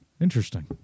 Interesting